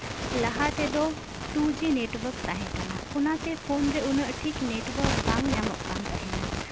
ᱞᱟᱦᱟ ᱛᱮᱫᱚ two G network ᱛᱟᱦᱮᱸ ᱠᱟᱱᱟ ᱚᱱᱟᱛᱮ ᱯᱷᱳᱱ ᱨᱮ ᱩᱱᱟᱹᱜ ᱴᱷᱤᱠ ᱱᱮᱴᱳᱣᱟᱨᱠ ᱵᱟᱝ ᱧᱟᱢᱚᱜ ᱠᱟᱱ ᱛᱟᱦᱮ ᱱᱟ